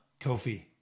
Kofi